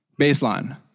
Baseline